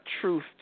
truth